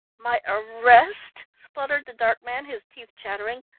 my arrest? spluttered the dark man, his teeth chattering.